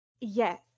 Yes